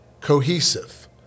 cohesive